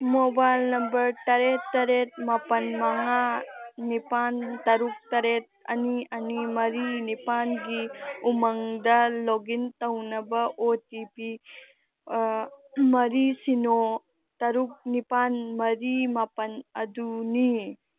mobile number ꯇꯔꯦꯠ ꯇꯔꯦꯠ ꯃꯥꯄꯟ ꯃꯉꯥ ꯅꯤꯄꯥꯟ ꯇꯔꯨꯛ ꯇꯔꯦꯠ ꯑꯅꯤ ꯑꯅꯤ ꯃꯔꯤ ꯅꯤꯄꯥꯟ ꯒꯤ ꯎꯃꯪꯗ ꯂꯣꯛꯏꯟ ꯇꯧꯅꯕ ꯑꯣ ꯇꯤ ꯄꯤ ꯃꯔꯤ ꯁꯤꯅꯣ ꯇꯔꯨꯛ ꯅꯤꯄꯥꯟ ꯃꯔꯤ ꯃꯥꯄꯟ ꯑꯗꯨꯅꯤ